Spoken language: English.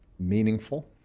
meaningful.